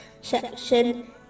section